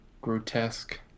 grotesque